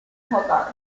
hogarth